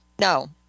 No